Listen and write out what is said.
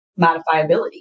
modifiability